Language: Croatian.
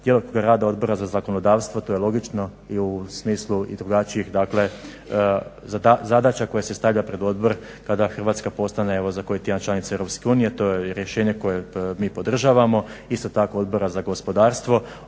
djelokruga rada Odbora za zakonodavstvo to je logično i u smislu drugačijih zadaća koje se stavlja pred odbor kada Hrvatska postane za koji tjedan članica EU, to je rješenje koje mi podržavamo. Isto tako Odbora za gospodarstvo.